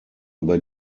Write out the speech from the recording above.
über